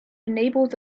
enables